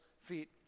feet